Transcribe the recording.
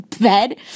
bed